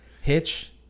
Hitch